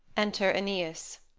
enter aeneas